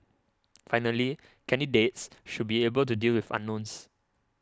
finally candidates should be able to deal with unknowns